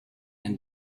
and